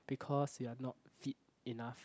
because you're not fit enough